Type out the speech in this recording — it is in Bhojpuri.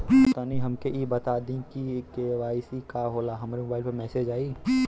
तनि हमके इ बता दीं की के.वाइ.सी का होला हमरे मोबाइल पर मैसेज आई?